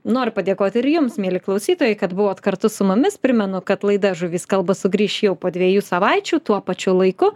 noriu padėkoti ir jums mieli klausytojai kad buvot kartu su mumis primenu kad laida žuvys kalba sugrįš jau po dviejų savaičių tuo pačiu laiku